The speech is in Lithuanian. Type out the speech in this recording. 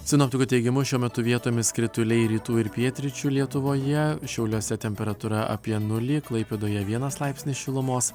sinoptikų teigimu šiuo metu vietomis krituliai rytų ir pietryčių lietuvoje šiauliuose temperatūra apie nulį klaipėdoje vienas laipsnį šilumos